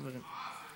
חברים.